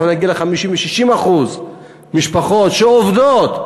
אנחנו נגיע ל-50% ו-60% משפחות שעובדות,